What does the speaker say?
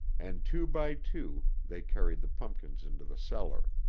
and two by two they carried the pumpkins into the cellar.